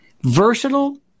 Versatile